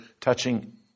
touching